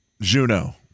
Juno